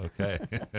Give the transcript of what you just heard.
Okay